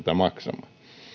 maksamaan